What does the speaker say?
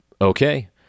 okay